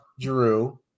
Drew